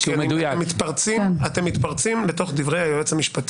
אתם מתפרצים לדברי היועץ המשפטי.